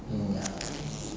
mm